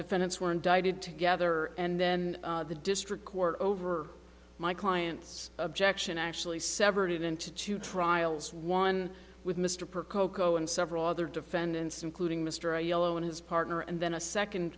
defendants were indicted together and then the district court over my client's objection actually severed it into two trials one with mr perk oco and several other defendants including mr aiello and his partner and then a second